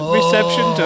reception